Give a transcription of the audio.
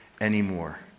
anymore